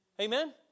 Amen